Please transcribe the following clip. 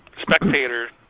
spectator